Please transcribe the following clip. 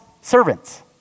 servants